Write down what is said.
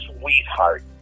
sweetheart